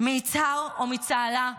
מיצהר או מצהלה,